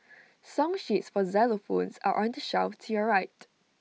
song sheets for xylophones are on the shelf to your right